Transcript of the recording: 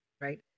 right